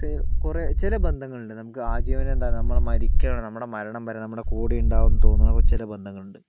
കുറേ ചില ബന്ധങ്ങളുണ്ട് നമുക്ക് ആജീവനാന്തം നമ്മൾ മരിക്കുന്നത് വരെ നമ്മുടെ മരണം വരെ നമ്മുടെ കുടെയുണ്ടാവും തോന്നണ ചില ബന്ധങ്ങളുണ്ട്